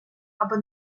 або